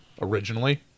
originally